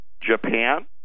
Japan